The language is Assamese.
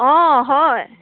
অঁ হয়